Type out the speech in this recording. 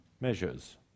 measures